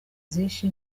zishe